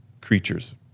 creatures